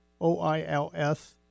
O-I-L-S